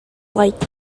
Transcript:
light